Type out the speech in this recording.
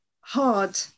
hard